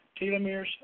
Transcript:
telomeres